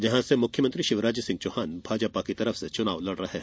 जहां से मुख्यमंत्री शिवराज सिंह चौहान भाजपा से चुनाव लड़ रहे हैं